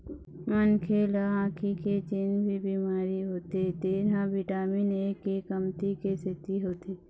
मनखे ल आँखी के जेन भी बिमारी होथे तेन ह बिटामिन ए के कमती के सेती होथे